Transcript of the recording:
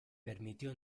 permitió